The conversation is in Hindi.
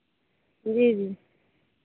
जी जी